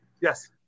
Yes